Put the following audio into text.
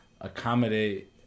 accommodate